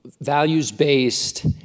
values-based